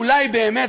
אולי באמת,